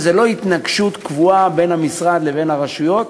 וזו לא התנגשות קבועה בין המשרד לבין הרשויות,